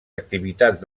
activitats